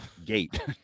Gate